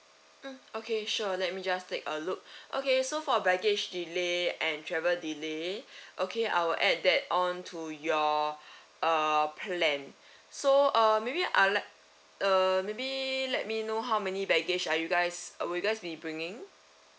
mm okay sure let me just take a look okay so for baggage delay and travel delay okay I'll add that onto your uh plan so uh maybe I'll let err may be let me know how many baggage are you guys uh will you guys be bringing